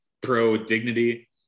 pro-dignity